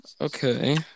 Okay